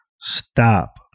stop